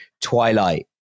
twilight